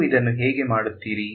ನೀವು ಇದನ್ನು ಹೇಗೆ ಮಾಡುತ್ತೀರಿ